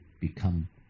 become